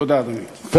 תודה, אדוני.